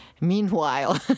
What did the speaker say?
meanwhile